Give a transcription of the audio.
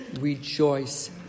rejoice